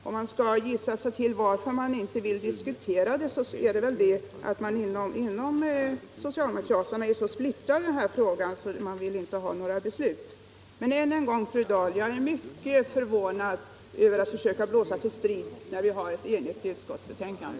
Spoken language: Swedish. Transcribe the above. Om man skall gissa varför, så är det väl därför att socialdemokraterna är så splittrade i denna fråga att de inte vill fatta några beslut. Men än en gång, jag är mycket förvånad över att fru Dahl försöker blåsa till strid när vi har ett enigt utskottsbetänkande.